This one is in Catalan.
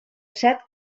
set